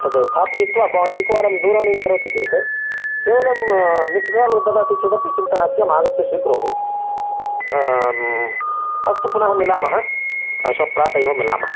तद् स्थापयित्वा भवान् एकवारं दूरवाणीं करोती चेत् केवलं मिस् काल् ददाति चेत् अपि चिन्ता नास्ति अहम् आगत्य स्वीकरोमि अस्तु पुनः मिलामः श्वः प्रातः एव मिलामः